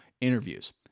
interviews